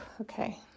okay